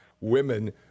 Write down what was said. women